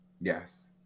yes